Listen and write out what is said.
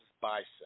bicep